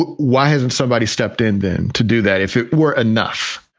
but why hasn't somebody stepped in then to do that if it were enough?